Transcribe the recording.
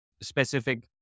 specific